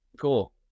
Cool